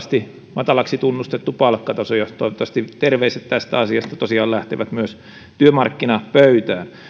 matalaksi tunnustettu palkkataso toivottavasti terveiset tästä asiasta tosiaan lähtevät myös työmarkkinapöytään